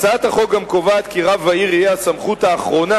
הצעת החוק גם קובעת כי רב העיר יהיה הסמכות האחרונה